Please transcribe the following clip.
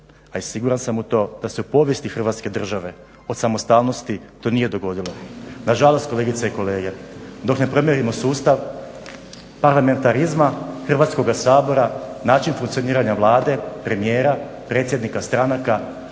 a i siguran sam u to da se u povijesti Hrvatske države, od samostalnosti to nije dogodilo. Nažalost, kolegice i kolege, dok ne promijenimo sustav parlamentarizma Hrvatskoga sabora, način funkcioniranja Vlade, premijera, predsjednika stranaka,